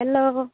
hello